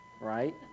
right